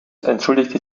entschuldigte